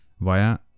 via